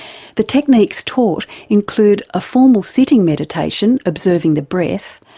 the techniques taught include a formal sitting meditation observing the breath,